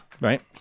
Right